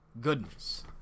goodness